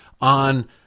on